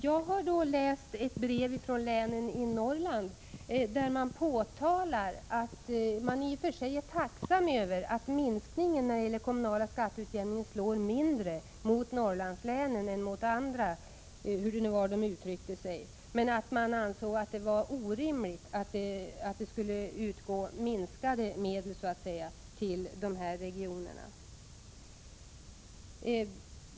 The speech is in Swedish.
Jag har då läst ett brev från länen i Norrland, där man påtalar att man i och för sig är tacksam över att minskningen av den kommunala skatteutjämningen slår mindre mot Norrlandslänen än mot andra — hur det nu var de uttryckte sig. Men man ansåg att det var orimligt att medlen som utgår till de norra regionerna skulle minska.